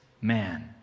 man